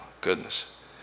Goodness